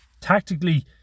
Tactically